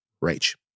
rage